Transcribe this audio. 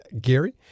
Gary